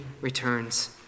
returns